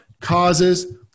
causes